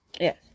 yes